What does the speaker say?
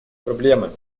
проблемами